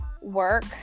work